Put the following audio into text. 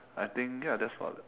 I think ya that's about it